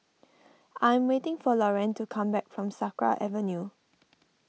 I am waiting for Lorayne to come back from Sakra Avenue